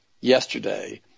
yesterday